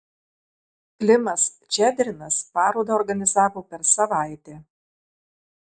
klimas ščedrinas parodą organizavo per savaitę